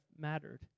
mattered